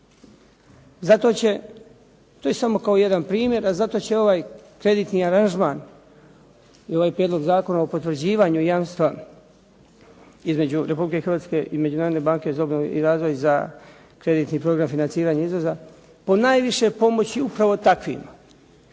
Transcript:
To je samo kao jedan primjer a zato će ovaj kreditni aranžman i ovaj Prijedlog zakona o potvrđivanju jamstva između Republike Hrvatske i Međunarodne banke za obnovu i razvoj za kreditni program financiranja izvoza ponajviše pomoći upravo takvima.